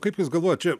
kaip jūs galvojat čia